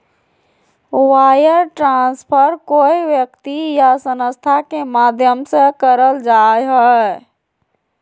wire transfer कोय व्यक्ति या संस्था के माध्यम से करल जा हय